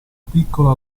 piccolo